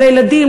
לילדים,